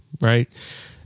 right